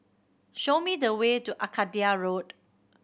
show me the way to Arcadia Road